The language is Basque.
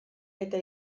eta